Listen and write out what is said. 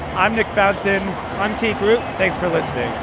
i'm nick fountain i'm tik root thanks for listening